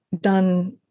done